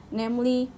namely